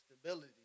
Stability